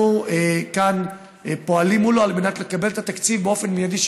אנחנו כאן פועלים מולו על מנת לקבל את התקציב באופן מיידי,